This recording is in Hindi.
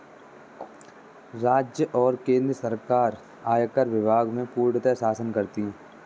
राज्य और केन्द्र सरकार आयकर विभाग में पूर्णतयः शासन करती हैं